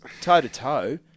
toe-to-toe